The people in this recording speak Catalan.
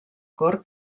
cort